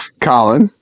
Colin